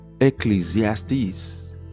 Ecclesiastes